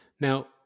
Now